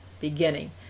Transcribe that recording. beginning